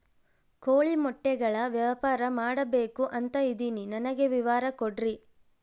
ಕೋಳಿ ಮೊಟ್ಟೆಗಳ ವ್ಯಾಪಾರ ಮಾಡ್ಬೇಕು ಅಂತ ಇದಿನಿ ನನಗೆ ವಿವರ ಕೊಡ್ರಿ?